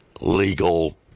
legal